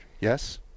yes